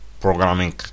programming